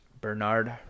Bernard